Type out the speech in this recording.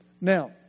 Now